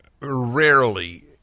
rarely